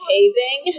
Hazing